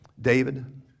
David